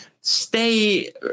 stay